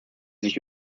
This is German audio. sich